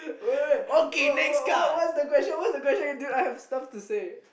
wait wait wait wait what what what's the question what's the question you do I have stuff to say